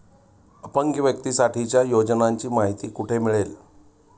अपंग व्यक्तीसाठीच्या योजनांची माहिती कुठे मिळेल?